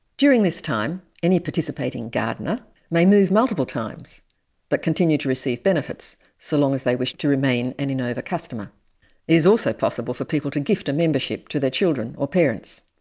during this time, any participating gardener may move multiple times but continue to receive benefits, so long as they wish to remain an enova customer. it is also possible for people to gift a membership to their children or parents.